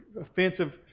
offensive